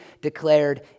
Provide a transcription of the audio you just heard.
declared